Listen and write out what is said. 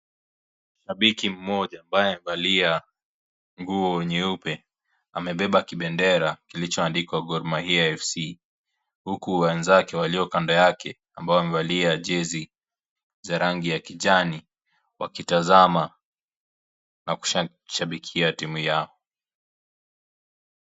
Shabiki mmoja ambaye amevalia nguo nyeupe amebeba kibendera kilichhuandikwa Gormahia FC ,huku wenzake walio kando yake ambao wamevalia chezi za rangi ya kijani wakitazama na kushabikia timu yao.